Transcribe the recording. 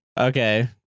okay